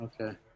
Okay